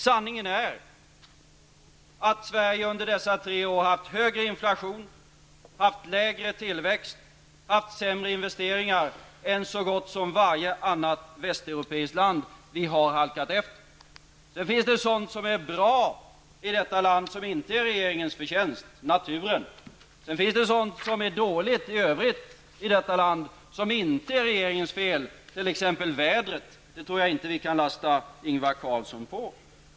Sanningen är att Sverige under dessa tre år haft högre inflation, lägre tillväxt och sämre investeringar än så gott som varje annat västeuropeiskt land. Vi har halkat efter. Det finns sådant som är bra i detta land och som inte är regeringens förtjänst: naturen. Sen finns det sådant som är dåligt som inte är regeringens fel t.ex. vädret -- det tror jag inte vi kan lasta Ingvar Carlsson för.